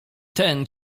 ten